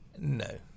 No